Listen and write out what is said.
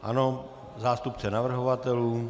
Ano, zástupce navrhovatelů.